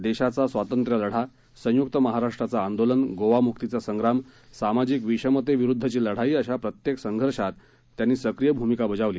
देशाचा स्वातंत्र्यलढा संय्क्त महाराष्ट्राचं आंदोलन गोवामुक्तीचा संग्राम सामाजिक विषमतेविरुदधची लढाई अशा प्रत्येक संघर्षात सक्रीय भूमिका बजावली